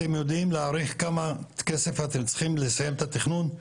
אתם יודעים להעריך כמה כסף אתם צריכים לסיים את התכנון?